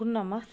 کُنہٕ نَمَتھ